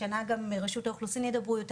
השנה גם רשות האוכלוסין וההגירה יידברו יותר